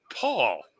Paul